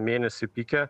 mėnesį pike